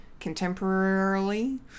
contemporarily